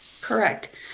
Correct